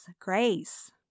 grace